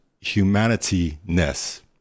humanity-ness